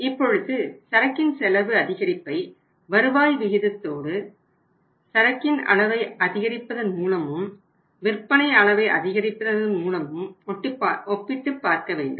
இப்பொழுது சரக்கின் செலவு அதிகரிப்பை வருவாய் விகிதத்தோடு சரக்கின் அளவை அதிகரிப்பதன் மூலமும் விற்பனை அளவை அதிகரிப்பதன் மூலமும் ஒப்பிட்டு பார்க்க வேண்டும்